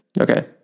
Okay